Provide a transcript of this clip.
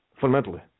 fundamentally